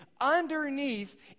underneath